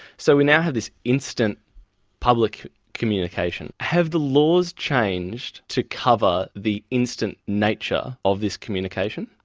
so we now have this instant public communication. have the laws changed to cover the instant nature of this communication?